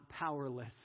powerless